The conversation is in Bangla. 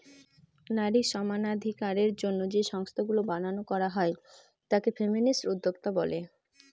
নারী সমানাধিকারের জন্য যে সংস্থাগুলা বানানো করা হয় তাকে ফেমিনিস্ট উদ্যোক্তা বলে